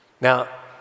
Now